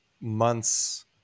months